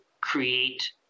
create